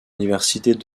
universités